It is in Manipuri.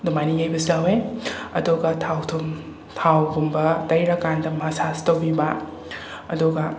ꯑꯗꯨꯃꯥꯏꯅ ꯌꯩꯕꯁꯨ ꯌꯥꯎꯋꯦ ꯑꯗꯨꯒ ꯊꯥꯎ ꯊꯨꯝ ꯊꯥꯎꯒꯨꯝꯕ ꯇꯩꯔ ꯀꯥꯟꯗ ꯃꯁꯥꯁ ꯇꯧꯕꯤꯕ ꯑꯗꯨꯒ